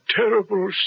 terrible